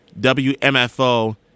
WMFO